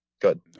good